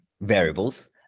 variables